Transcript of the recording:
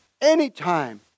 anytime